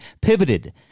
Pivoted